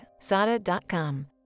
sada.com